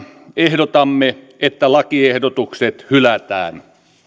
ehdotamme että lakiehdotukset hylätään